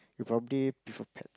you probably prefer pet